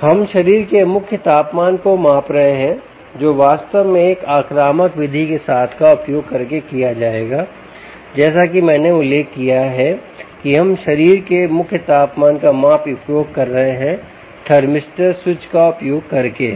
हम शरीर के मुख्य तापमान को माप रहे हैं जो वास्तव में एक आक्रामक विधि के साथ का उपयोग करके किया जाएगा जैसा कि मैंने उल्लेख किया है कि हम शरीर के मुख्य तापमान का माप उपयोग कर रहे हैं थर्मिस्टर स्विच का उपयोग करके